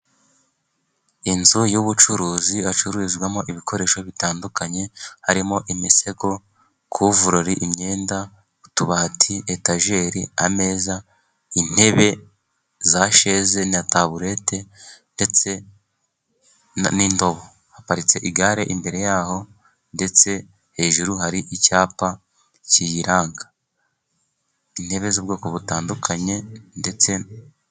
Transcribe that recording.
Inzu y'ubucuruzi, hacururizwamo ibikoresho bitandukanye, harimo imisego, kuvurori, imyenda, utubati, etajeri, ameza, intebe za sheze, na taburete ndetse n'indobo. Haparitse igare imbere yaho, ndetse hejuru hari icyapa kiyiranga, intebe z'ubwoko butandukanye, ndetse...